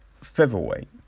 featherweight